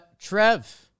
Trev